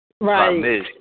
Right